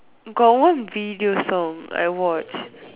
got one video song I watch